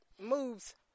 moves